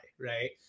Right